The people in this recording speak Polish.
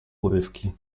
urywki